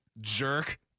jerk